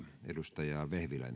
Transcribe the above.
arvoisa puhemies